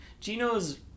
Gino's